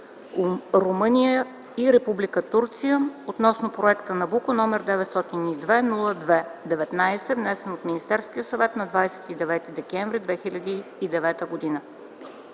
Румъния и Република Турция относно Проект „Набуко” № 902-02-19, внесен от Министерския съвет на 29 декември 2009 г.”